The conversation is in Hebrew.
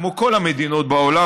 כמו כל המדינות בעולם,